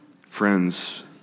Friends